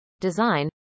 design